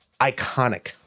iconic